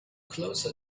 closer